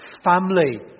family